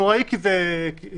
הוא נוראי כי זה כסת"ח.